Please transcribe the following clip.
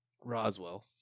Roswell